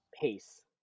pace